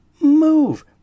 Move